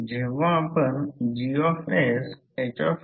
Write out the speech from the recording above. तर ∅ Fm reluctance आणि Fm N I l आहे